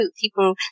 people